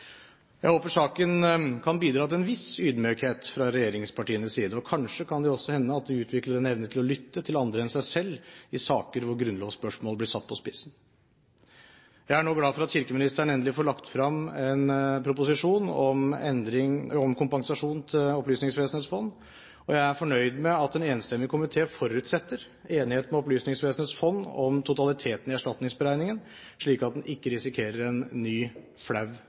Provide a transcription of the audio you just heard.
jeg. Jeg håper saken kan bidra til en viss ydmykhet fra regjeringspartienes side. Kanskje kan det også hende at de utvikler en evne til å lytte til andre enn seg selv i saker hvor grunnlovsspørsmål blir satt på spissen. Jeg er nå glad for at kirkeministeren endelig kan få lagt frem en proposisjon om kompensasjon til Opplysningsvesenets fond, og jeg er fornøyd med at en enstemmig komité forutsetter enighet med Opplysningsvesenets fond om totaliteten i erstatningsberegningen, slik at en ikke risikerer en ny, flau